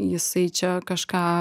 jisai čia kažką